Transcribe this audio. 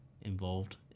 involved